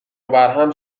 وبرهم